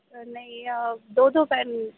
نہیں دو دو پین